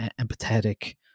empathetic